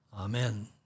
Amen